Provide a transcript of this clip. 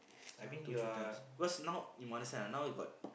this one two three times because now you must understand ah now you got